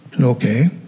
okay